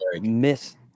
miss